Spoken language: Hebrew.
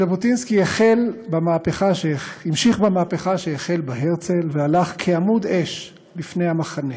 ז'בוטינסקי המשיך במהפכה שהחל בה הרצל והלך כעמוד אש לפני המחנה.